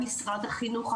משרד החינוך,